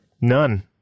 None